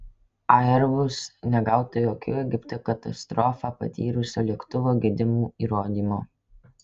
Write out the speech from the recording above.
airbus negauta jokių egipte katastrofą patyrusio lėktuvo gedimų įrodymo